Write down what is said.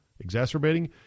exacerbating